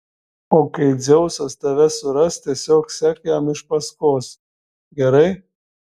o kai dzeusas tave suras tiesiog sek jam iš paskos gerai